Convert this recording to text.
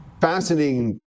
fascinating